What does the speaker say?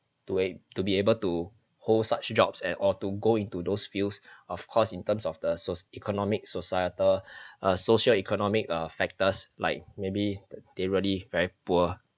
to a to be able to hold such jobs at all to go into those fields of course in terms of the so~ economic societal uh socioeconomic uh factors like maybe they already very poor